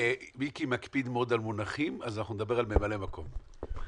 מיקי לוי מקפיד מאוד על מונחים אז אנחנו נדבר על ממלא מקום יושב-ראש.